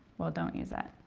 well don't use that.